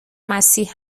مسیح